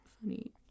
funny